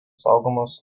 saugomas